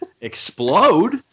explode